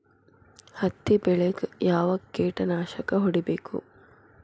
ಹತ್ತಿ ಬೆಳೇಗ್ ಯಾವ್ ಕೇಟನಾಶಕ ಹೋಡಿಬೇಕು?